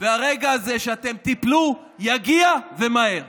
והרגע הזה שאתם תיפלו יגיע ומהר.